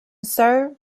sir